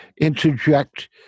interject –